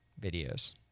videos